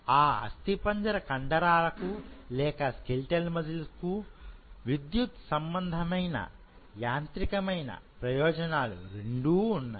ఆ అస్థిపంజర కండరాలకు లేకస్కెలిటల్ మజిల్ కు విద్యుత్ సంబంధమైనయాంత్రికమైన ప్రయోజనాలు రెండూ ఉన్నాయి